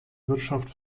wirtschaft